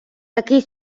такий